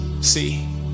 see